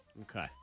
Okay